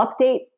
update